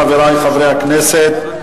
חברי חברי הכנסת,